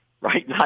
right